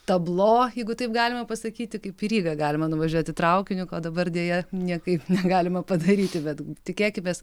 tablo jeigu taip galima pasakyti kaip į rygą galima nuvažiuoti traukiniu o dabar deja niekaip negalima padaryti bet tikėkimės